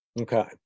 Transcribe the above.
Okay